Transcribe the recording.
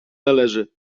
należy